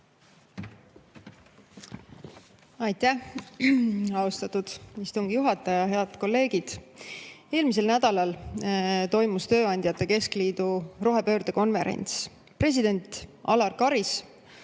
Aitäh, austatud istungi juhataja! Head kolleegid! Eelmisel nädalal toimus Eesti Tööandjate Keskliidu rohepöördekonverents. President Alar Karis